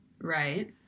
Right